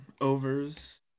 overs